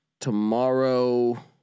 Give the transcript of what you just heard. Tomorrow